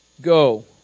Go